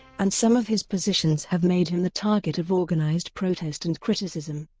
and some of his positions have made him the target of organised protest and criticism.